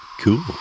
Cool